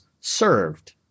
served